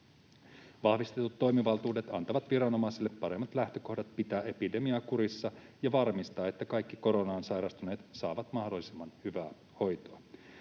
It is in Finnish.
Vahvistetut toimivaltuudet antavat viranomaisille paremmat lähtökohdat pitää epidemia kurissa ja varmistaa, että kaikki koronaan sairastuneet saavat mahdollisimman hyvää hoitoa.